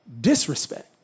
disrespect